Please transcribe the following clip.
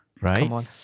Right